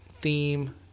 theme